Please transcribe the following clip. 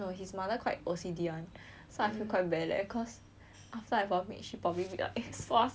so I feel quite bad leh cause after I vomit she probably like 刷刷洗刷刷